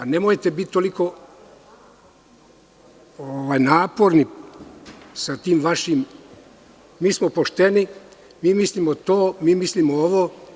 Nemojte biti toliko naporni sa tim vašim – mi smo pošteni, mi mislimo to, mi mislimo ovo.